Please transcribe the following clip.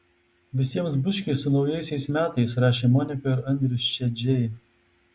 visiems bučkiai su naujaisiais metais rašė monika ir andrius šedžiai